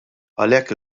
għalhekk